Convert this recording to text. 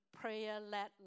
prayer-led